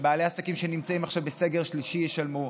שבעלי העסקים שנמצאים עכשיו בסגר שלישי ישלמו,